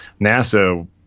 NASA